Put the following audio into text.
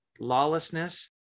lawlessness